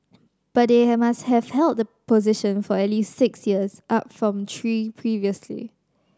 but they have must have held the position for at least six years up from three previously